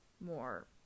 more